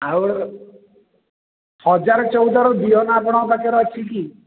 ଆଉ ହଜାରେ ଚଉଦର ବିହନ ଆପଣଙ୍କ ପାଖରେ ଅଛି କି